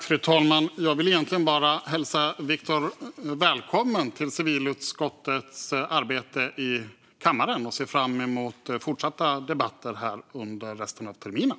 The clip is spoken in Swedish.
Fru talman! Jag vill egentligen bara hälsa Viktor välkommen till civilutskottets arbete här i kammaren. Jag ser fram emot fortsatta debatter här under resten av terminen.